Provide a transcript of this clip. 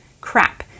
crap